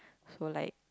so like